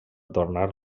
tornar